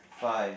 five